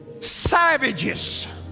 savages